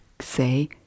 say